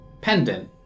pendant